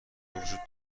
وجود